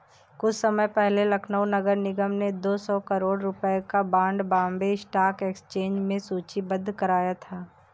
कुछ समय पहले लखनऊ नगर निगम ने दो सौ करोड़ रुपयों का बॉन्ड बॉम्बे स्टॉक एक्सचेंज में सूचीबद्ध कराया था